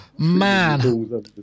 Man